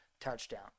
touchdown